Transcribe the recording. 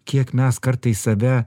kiek mes kartais save